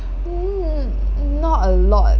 mm not a lot